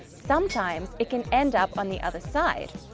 sometimes it can end up on the other side.